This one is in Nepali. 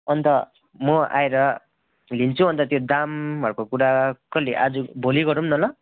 अन्त म आएर लिन्छु अन्त त्यो दामहरूको कुरा कहिले आजु भोलि गरौ न ल